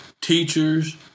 teachers